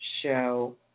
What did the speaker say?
show